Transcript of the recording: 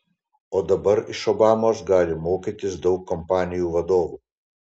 o dabar iš obamos gali mokytis daug kompanijų vadovų